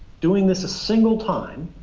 doing this a single time